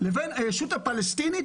לבין הישות הפלסטינית.